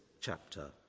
chapter